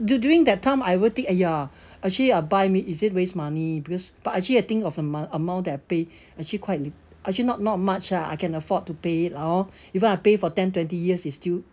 du~ during that time I would think uh ya actually I buy me is it waste money because but actually I think of the amount amount that I pay actually quite li~ actually not not much ah I can afford to pay orh even I pay for ten twenty years it's still